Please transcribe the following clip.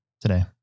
today